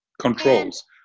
controls